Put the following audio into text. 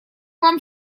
вам